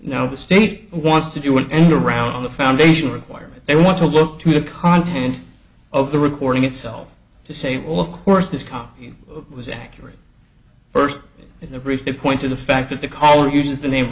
now the state wants to do an end around the foundation requirement they want to look to the content of the recording itself to say well of course this copy was accurate first in the brief they point to the fact that the collar use of the name